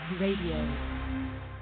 Radio